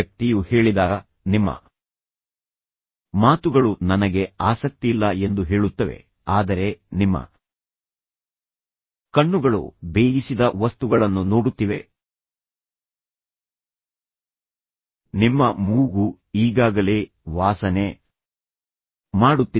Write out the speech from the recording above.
ವ್ಯಕ್ತಿಯು ಹೇಳಿದಾಗ ನಿಮ್ಮ ಮಾತುಗಳು ನನಗೆ ಆಸಕ್ತಿಯಿಲ್ಲ ಎಂದು ಹೇಳುತ್ತವೆ ಆದರೆ ನಿಮ್ಮ ಕಣ್ಣುಗಳು ಬೇಯಿಸಿದ ವಸ್ತುಗಳನ್ನು ನೋಡುತ್ತಿವೆ ನಿಮ್ಮ ಮೂಗು ಈಗಾಗಲೇ ವಾಸನೆ ಮಾಡುತ್ತಿದೆ